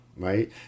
right